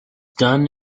done